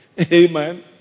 Amen